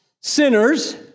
Sinners